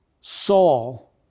Saul